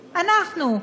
אנחנו,